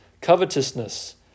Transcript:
covetousness